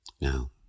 Now